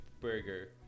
burger